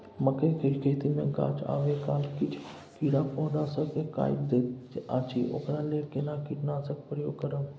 मकई के खेती मे गाछ आबै काल किछ कीरा पौधा स के काइट दैत अछि ओकरा लेल केना कीटनासक प्रयोग करब?